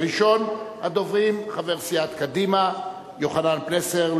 ראשון הדוברים הוא חבר סיעת קדימה יוחנן פלסנר,